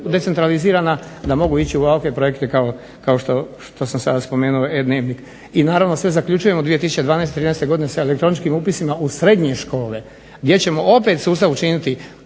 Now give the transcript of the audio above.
decentralizirana da mogu ići u ovakve projekte kao što sam sada spomenuo E-dnevnik. I naravno sve zaključujemo 2012./2013. godine sa elektroničkim upisima u srednje škole gdje ćemo opet sustav učiniti